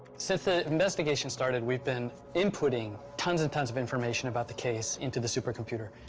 since the investigation started, we've been inputting tons and tons of information about the case into the supercomputer.